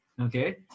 Okay